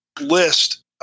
list